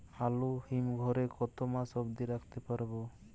আলু হিম ঘরে কতো মাস অব্দি রাখতে পারবো?